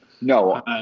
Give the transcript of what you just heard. No